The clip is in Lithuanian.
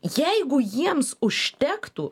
jeigu jiems užtektų